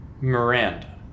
Miranda